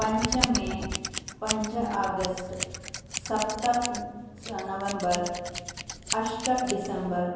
पञ्चमे पञ्च आगस्ट् सप्त नवेम्बर् अष्ट डिसेम्बर्